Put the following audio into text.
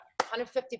150%